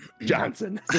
Johnson